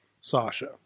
Sasha